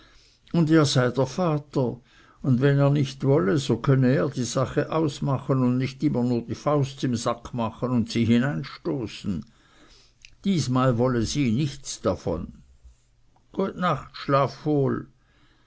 und er sei der vater und wenn er nicht wolle so könne er die sache ausmachen und nicht immer nur die faust im sack machen und sie hineinstoßen diesmal wolle sie nichts davon gut nacht schlaf